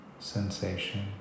sensation